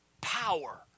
power